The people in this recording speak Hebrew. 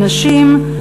נשים,